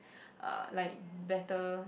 uh like better